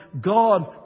God